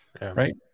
right